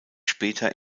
später